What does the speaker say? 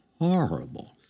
horrible